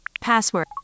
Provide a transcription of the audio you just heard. Password